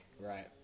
Right